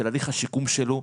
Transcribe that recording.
בתחילת הליך השיקום שלו,